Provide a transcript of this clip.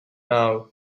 now